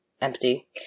empty